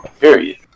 Period